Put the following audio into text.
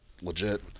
legit